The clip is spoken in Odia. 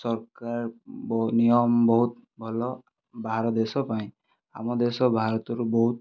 ସରକାର ନିୟମ ବହୁତ ଭଲ ବାହାର ଦେଶ ପାଇଁ ଆମ ଦେଶ ଭାରତରୁ ବହୁତ